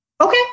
Okay